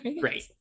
great